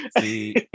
see